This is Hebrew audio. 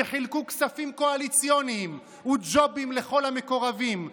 שחילקו כספים קואליציוניים וג'ובים לכל המקורבים,